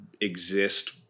exist